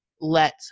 let